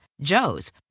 Joe's